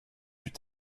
plus